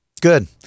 Good